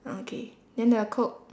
okay then the coke